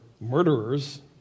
murderers